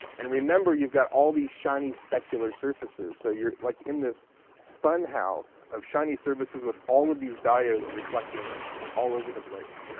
and remember, you've got all these shiny specular surfaces. so you're like in this funhouse of shiny surfaces with all of these diodes reflecting all over the place.